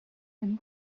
then